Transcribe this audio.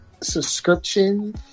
subscription